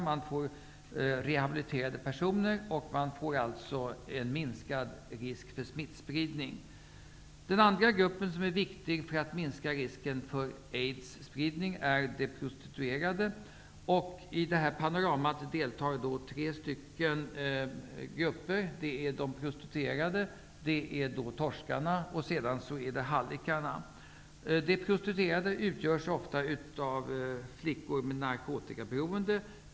Man får re habiliterade personer, och man får en minskad risk för smittspridning. Den andra gruppen som är viktig för att minska risken för aids-spridning är de prostituerade. I det panoramat deltar tre grupper. Det är de prostitue rade, det är torskarna och hallickarna. De prostituerade utgörs ofta av flickor med narkotikaberoende.